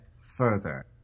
further